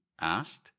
asked